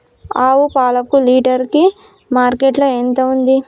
ఆవు పాలకు లీటర్ కి మార్కెట్ లో ఎంత ఉంది?